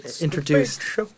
introduced